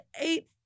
Eight